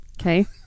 Okay